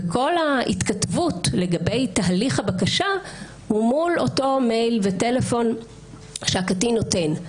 וכל ההתכתבות לגבי תהליך הבקשה הוא מול אותו מיילל וטלפון שהקטין נותן.